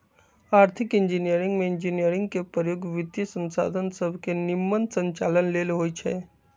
आर्थिक इंजीनियरिंग में इंजीनियरिंग के प्रयोग वित्तीयसंसाधन सभके के निम्मन संचालन लेल होइ छै